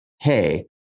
hey